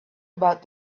about